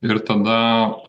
ir tada